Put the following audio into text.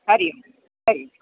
हरिः ओम् हरिः ओम्